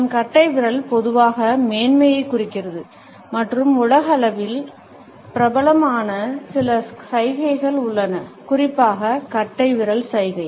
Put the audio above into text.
நம் கட்டைவிரல் பொதுவாக மேன்மையைக் குறிக்கிறது மற்றும் உலகளவில் பிரபலமான சில சைகைகள் உள்ளன குறிப்பாக கட்டைவிரல் சைகை